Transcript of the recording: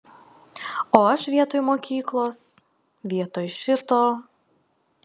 o aš vietoj mokyklos vietoj šito